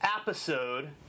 episode